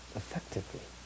effectively